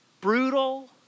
brutal